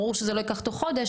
ברור שזה לא ייקח תוך חודש,